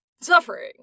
suffering